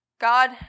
God